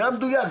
זה מדויק.